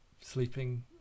sleeping